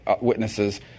witnesses